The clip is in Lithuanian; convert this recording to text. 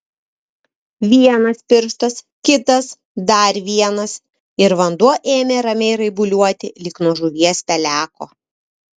vienas pirštas kitas dar vienas ir vanduo ėmė ramiai raibuliuoti lyg nuo žuvies peleko